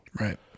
Right